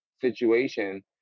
situation